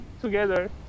together